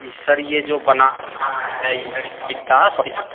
ये सर ये जो बनाना है ये है पपीता पपीता